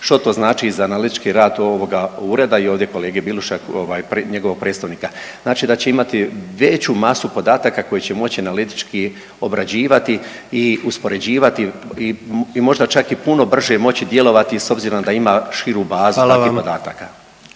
Što to znači za analitički rad ovoga ureda i ovdje kolege Biluša njegovog … znači da će imati veću masu podataka koju će moći analitički obrađivati i uspoređivati i možda čak i puno brže moći djelovati s obzirom da ima širu bazu …/Upadica